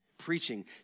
preaching